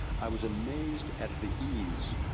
i was amazed at the ease